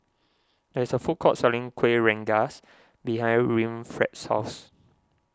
there is a food court selling Kueh Rengas behind Winfred's house